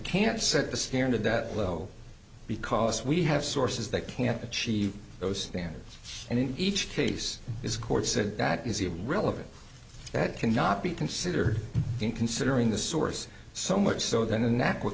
can't set the standard that low because we have sources that can't achieve those standards and in each case is court said that is even relevant that cannot be considered in considering the source so much so the